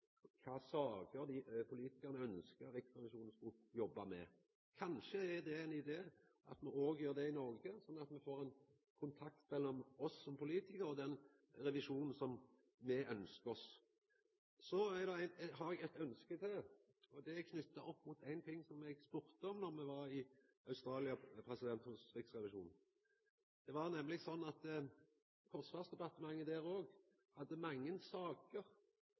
kva saker politikarane ønskte at riksrevisjonen skulle jobba med. Kanskje er det ein idé at me òg gjer det i Noreg, slik at ein får den kontakten mellom oss som politikarar og den revisjonen som me ønskjer oss. Så har eg eit ønske til. Det er knytt opp mot ein ting som eg spurde om då me var i Australia hos riksrevisjonen. Det var nemleg sånn at forsvarsdepartementet der òg hadde mange saker.